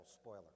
spoiler